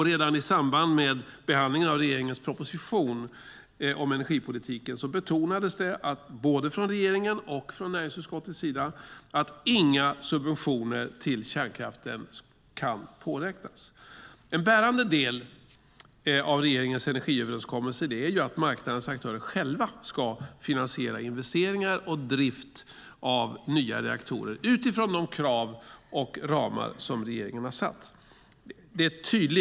Redan i samband med behandlingen av regeringens proposition om energipolitiken betonades både från regeringen och från näringsutskottet att inga subventioner till kärnkraften kan påräknas. En bärande del av regeringens energiöverenskommelse är att marknadens aktörer själva ska finansiera investeringar och drift av nya reaktorer utifrån de krav och ramar som regeringen har satt. Fru talman!